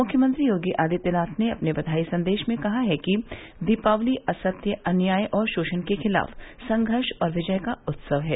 मुख्यमंत्री योगी आदित्यनाथ ने अपने बघाई संदेश में कहा है कि दीपावली असत्य अन्याय और शोषण के खिलाफ संघर्ष और विजय का उत्सव है